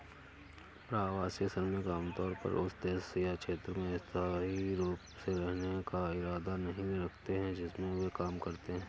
प्रवासी श्रमिक आमतौर पर उस देश या क्षेत्र में स्थायी रूप से रहने का इरादा नहीं रखते हैं जिसमें वे काम करते हैं